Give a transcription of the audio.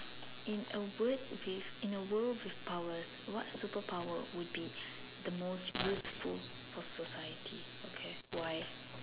in a word with in a world with powers what superpower would be the most useful for society okay why